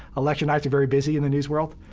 election nights are very busy in the news world.